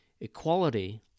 Equality